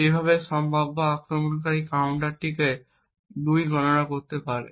এইভাবে সম্ভাব্য আক্রমণকারী কাউন্টারটিকে 2 গণনা করতে পারে